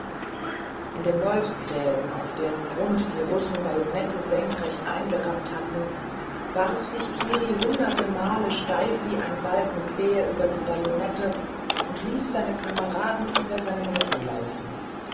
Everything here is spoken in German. in den wolfsgräben auf deren grund die russen bajonette senkrecht eingerammt hatten warf kiri sich hunderte male steif wie ein balken quer über die bajonette und ließ seine kameraden über seinen rücken laufen